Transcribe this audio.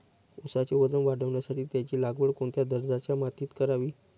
ऊसाचे वजन वाढवण्यासाठी त्याची लागवड कोणत्या दर्जाच्या मातीत करावी?